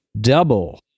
Double